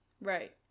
Right